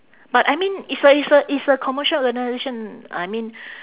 but I mean it's a it's a it's a commercial organisation I mean